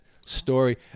story